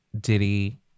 Diddy